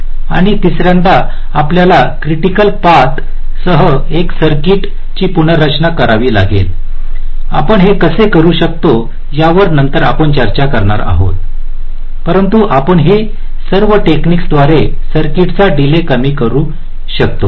आणि तिसर्यांदा आपल्याला क्रिटिकल पाथ सह एक सर्किटचे पुनर्रचना करावी लागेल आपण हे कसे करू शकतो यावर नंतर आपण चर्चा करणार आहोत परंतु आपण हे सर्व टेकनिकस द्वारे सर्किटचा डीले कमी करू शकतो